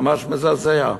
ממש מזעזע,